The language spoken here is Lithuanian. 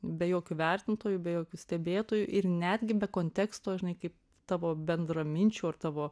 be jokių vertintojų be jokių stebėtojų ir netgi be konteksto žinai kaip tavo bendraminčių ar tavo